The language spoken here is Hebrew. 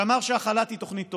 שאמר שהחל"ת היא תוכנית טובה.